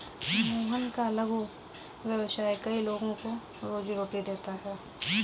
मोहन का लघु व्यवसाय कई लोगों को रोजीरोटी देता है